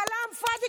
כלאם פאדי,